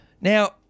Now